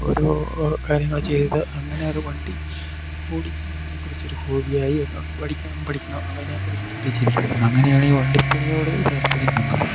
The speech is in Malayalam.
ഓരോ കാര്യങ്ങൾ ചെയ്ത് അങ്ങനെ ഒരു വണ്ടി ഓടിക്കുന്നതിനെക്കുറിച്ചൊരു ഹോബിയായി അങ്ങ് പഠിക്കണം പഠിക്കണം അതിനെക്കുറിച്ച് ശ്രദ്ധിച്ചിരിക്കുവായിരുന്നു അങ്ങനെയാണീ വണ്ടിപ്പണിയോട് താല്പര്യം വന്നത്